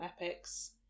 epics